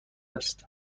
است